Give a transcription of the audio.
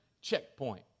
checkpoint